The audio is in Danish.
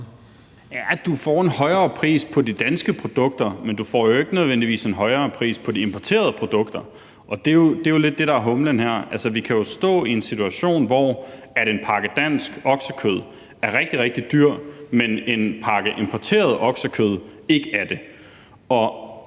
du får en højere pris på de danske produkter, men du får jo ikke nødvendigvis en højere pris på de importerede produkter, og det er lidt det, der er humlen her. Altså, vi kan jo stå i en situation, hvor en pakke dansk oksekød er rigtig, rigtig dyr, mens en pakke importeret oksekød ikke er det.